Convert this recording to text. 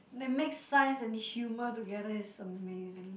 they mix science and humour together it's amazing